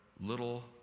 little